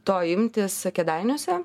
to imtis kėdainiuose